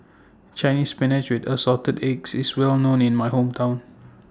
Chinese Spinach with Assorted Eggs IS Well known in My Hometown